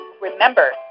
Remember